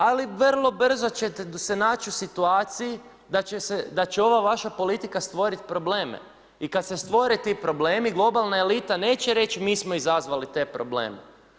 Ali vrlo brzo ćete se naći u situaciji da će ova vaša politika stvoriti probleme i kada se stvore ti problemi globalna elita neće reći mi smo izazvali te probleme.